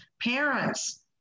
parents